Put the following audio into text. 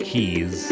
Keys